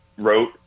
wrote